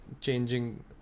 changing